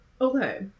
Okay